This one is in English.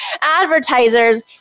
advertisers